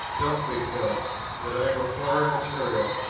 justly felt that i am a foreign material,